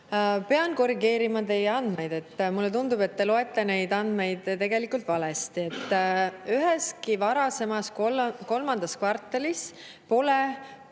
Pean korrigeerima teie andmeid. Mulle tundub, et te loete neid andmeid tegelikult valesti. Üheski varasemas kolmandas kvartalis pole